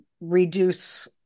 reduce